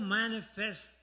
manifest